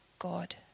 God